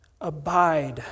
Abide